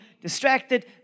distracted